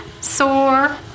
Sore